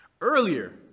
earlier